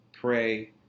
Pray